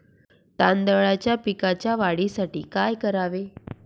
तांदळाच्या पिकाच्या वाढीसाठी काय करावे?